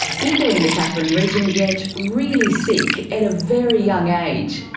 people in the katherine region get really sick, at a very young age.